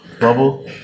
bubble